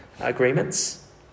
agreements